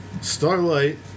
Starlight